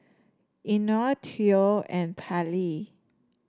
Eino Theo and Pallie